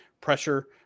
pressure